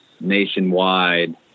nationwide